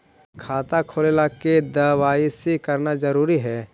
खाता खोले ला के दवाई सी करना जरूरी है?